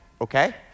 okay